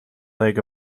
leg